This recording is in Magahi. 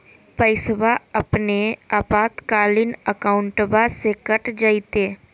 पैस्वा अपने आपातकालीन अकाउंटबा से कट जयते?